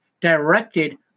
directed